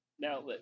Now